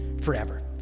forever